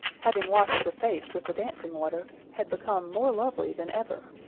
having washed her face with the dancing-water, had become more lovely than ever.